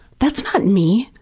that's not me.